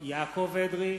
יעקב אדרי,